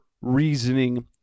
reasoning